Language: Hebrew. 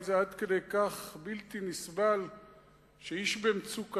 האם זה עד כדי כך בלתי נסבל שאיש במצוקתו,